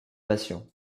patient